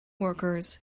workers